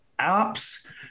Apps